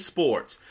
Sports